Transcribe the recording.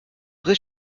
vrai